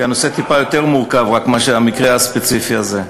כי הנושא טיפה מורכב לעומת המקרה הספציפי הזה.